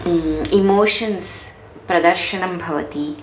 emotions प्रदर्शनं भवति